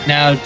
Now